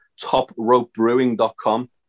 topropebrewing.com